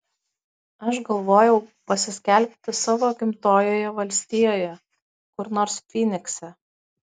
aš galvojau pasiskelbti savo gimtojoje valstijoje kur nors fynikse